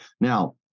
Now